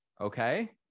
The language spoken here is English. Okay